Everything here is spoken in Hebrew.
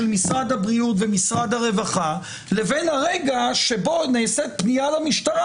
משרד הבריאות ומשרד הרווחה לבין הרגע שבו נעשית פנייה למשטרה